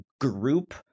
group